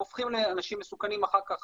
הם הופכים לאנשים מסוכנים אחר כך